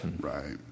right